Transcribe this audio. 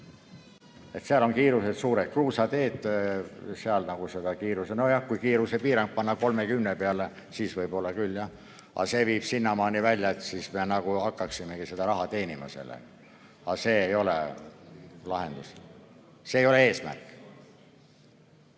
seal on kiirused suured. Kruusateedel see kiirus ... Nojah, kui kiirusepiirang panna 30 peale, siis võib-olla küll, jah. Aga see viib sinnamaani välja, et siis me hakkaksime sellega raha teenima. Aga see ei ole lahendus. See ei ole eesmärk.